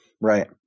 Right